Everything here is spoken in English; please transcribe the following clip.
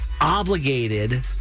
obligated